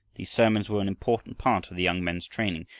these sermons were an important part of the young men's training,